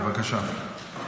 בבקשה.